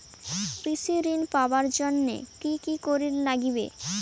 কৃষি ঋণ পাবার জন্যে কি কি করির নাগিবে?